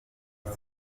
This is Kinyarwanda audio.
izo